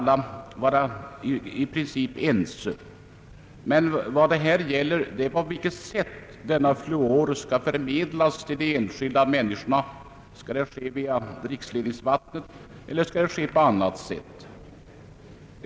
Problemet är emellertid på vilket sätt denna fluor skall förmedlas till de enskilda människorna. Skall det ske via vattenledningsvatten eller på annat sätt?